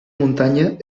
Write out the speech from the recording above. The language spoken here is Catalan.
muntanya